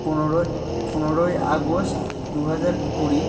পনেরোই পনেরোই আগস্ট দু হাজার কুড়ি